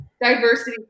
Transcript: diversity